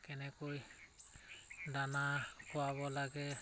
কেনেকৈ দানা খোৱাব লাগে